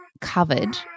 covered